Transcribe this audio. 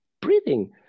breathing